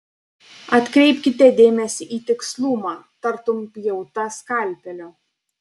atkreipkite dėmesį į tikslumą tartum pjauta skalpeliu